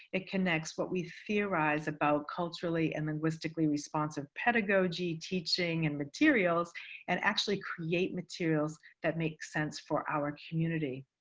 it connects what we theorize about culturally and linguistically-responsive pedagogy, teaching, and materials and actually create materials that make sense for our community.